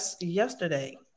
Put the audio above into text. yesterday